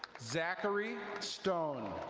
zachary stone.